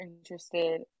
interested